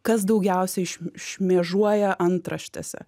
kas daugiausiai šm šm šmėžuoja antraštėse